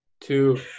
two